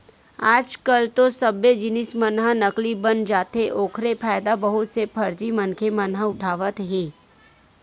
आज कल तो सब्बे जिनिस मन ह नकली बन जाथे ओखरे फायदा बहुत से फरजी मनखे मन ह उठावत हे